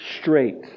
straight